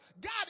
God